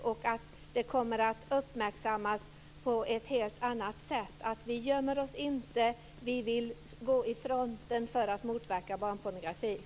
Jag tror att det kommer att uppmärksammas på ett helt annat sätt om vi inte gömmer oss utan vill gå i frontlinjen för att motverka barnpornografin.